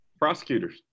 prosecutors